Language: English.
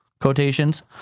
quotations